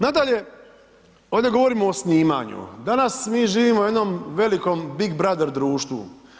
Nadalje, ovdje govorimo o snimanju, danas mi živimo u jednom velikom big brother društvu.